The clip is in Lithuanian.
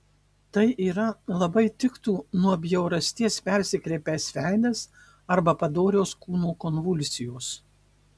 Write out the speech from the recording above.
tai yra labai tiktų nuo bjaurasties persikreipęs veidas arba padorios kūno konvulsijos